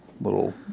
little